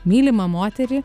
mylimą moterį